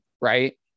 right